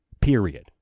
Period